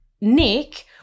Nick –